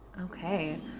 Okay